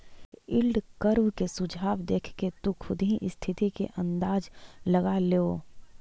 yield curve के झुकाव देखके तु खुद ही स्थिति के अंदाज लगा लेओ